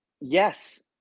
yes